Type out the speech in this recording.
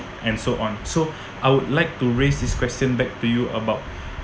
and so on so I would like to raise this question back to you about